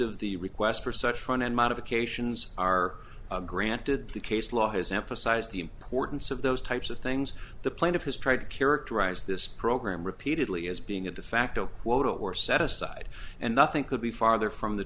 of the requests for such fun and modifications are granted the case law has emphasized the importance of those types of things the plaintiff has tried to characterize this program repeatedly as being a de facto quota or set aside and nothing could be farther from the